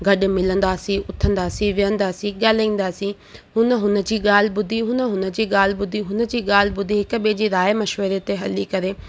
गॾु मिलंदासीं उथंदासीं विहंदासीं ॻालाईंदासीं हुन हुन जी ॻाल्हि ॿुधी हुन हुन जी ॻाल्हि ॿुधी हुन जी ॻा हि ॿुधी हिक ॿिए जे राय मशवरे ते हली करे